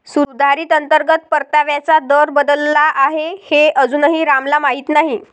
सुधारित अंतर्गत परताव्याचा दर बदलला आहे हे अजूनही रामला माहीत नाही